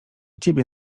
ciebie